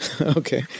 Okay